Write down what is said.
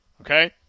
okay